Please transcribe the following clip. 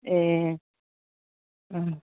ए